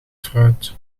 fruit